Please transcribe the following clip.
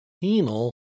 penal